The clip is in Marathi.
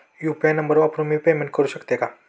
यु.पी.आय नंबर वापरून मी पेमेंट करू शकते का?